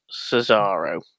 Cesaro